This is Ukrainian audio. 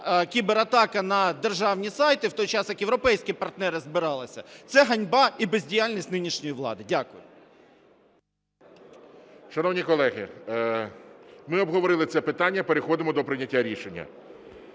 кібератака на державні сайти, в той час, як європейські партнери збиралися, це ганьба і бездіяльність нинішньої влади. Дякую. ГОЛОВУЮЧИЙ. Шановні колеги, ми обговорили це питання, переходимо до прийняття рішення.